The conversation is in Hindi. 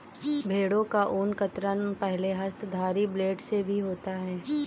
भेड़ों का ऊन कतरन पहले हस्तधारी ब्लेड से भी होता है